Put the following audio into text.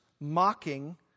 mocking